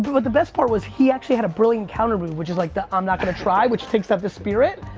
but the best part was he actually had a brilliant counter move which is like the i'm not gonna try. which takes out the spirit,